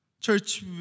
Church